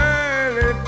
early